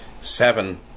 Seven